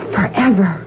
Forever